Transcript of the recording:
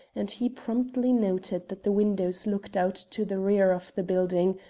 and he promptly noted that the windows looked out to the rear of the building,